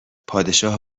پادشاه